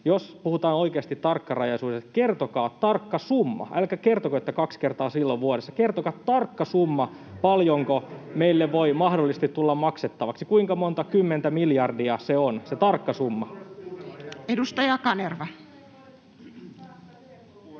jos puhutaan oikeasti tarkkarajaisuudesta, kertokaa tarkka summa, älkää kertoko, että kaksi kertaa se vuodessa. Kertokaa tarkka summa, [Paavo Arhinmäki: Hän kertoi sen!] paljonko meille voi mahdollisesti tulla maksettavaksi, kuinka monta kymmentä miljardia se tarkka summa on. Edustaja Kanerva.